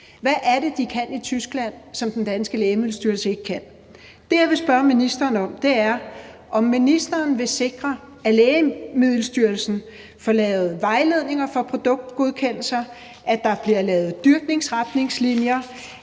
Hvad er det, de kan i Tyskland, som den danske Lægemiddelstyrelse ikke kan? Det, som jeg vil spørge ministeren om, er, om ministeren vil sikre, at Lægemiddelstyrelsen får lavet vejledninger for produktgodkendelser, at der bliver lavet dyrkningsretningslinjer,